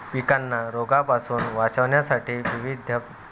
पिकांना रोगांपासून वाचवण्यासाठी विविध प्रकारची कीटकनाशके वापरली जातात